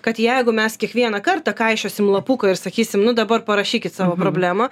kad jeigu mes kiekvieną kartą kaišiosim lapuką ir sakysim nu dabar parašykit savo problemą